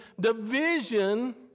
division